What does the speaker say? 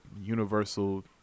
universal